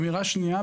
אמירה שנייה,